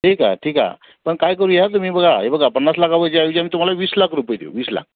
ठीक आहे ठीक आ पण काय करूया तुम्ही बघा हे बघा पन्नास लाखाच्या ऐवजी तुम्हाला वीस लाख रुपये देऊ वीस लाख